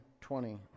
twenty